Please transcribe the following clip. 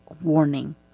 warning